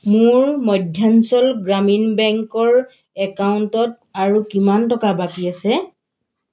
মোৰ মধ্যাঞ্চল গ্ৰামীণ বেংকৰ একাউণ্টত আৰু কিমান টকা বাকী আছে